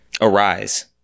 arise